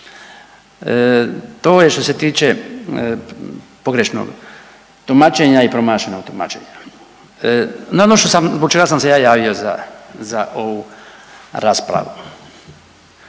To je što se tiče pogrešnog tumačenja i promašenog tumačenja. No ono što sam, zbog čega sam se ja javio za, za ovu raspravu.